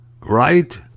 right